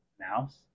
mouse